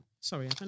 Sorry